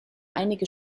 einige